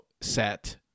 set